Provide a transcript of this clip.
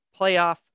playoff